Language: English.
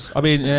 i mean,